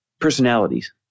personalities